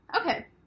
Okay